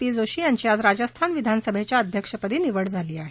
P Joshi यांची आज राजस्थान विधानसभेच्या अध्यक्षपदी निवड झाली आहे